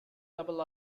double